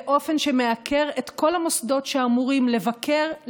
באופן שמעקר את כל המוסדות שאמורים לבקר,